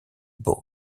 ball